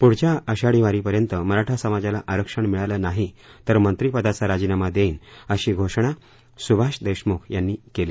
पुढच्याल आषाढी वारीपर्यंत मराठा समाजाला आरक्षण नाही मिळालं तर मंत्रीपदाचा राजीनामा देईन अशी घोषणा सुभाष देशमुख यांनी केली